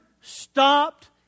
stopped